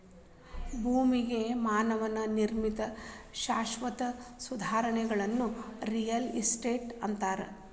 ಭೂಮಿಗೆ ಮಾನವ ನಿರ್ಮಿತ ಶಾಶ್ವತ ಸುಧಾರಣೆಗಳನ್ನ ರಿಯಲ್ ಎಸ್ಟೇಟ್ ಅಂತಾರ